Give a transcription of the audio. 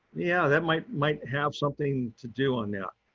yeah, that might might have something to do on that.